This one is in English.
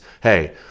hey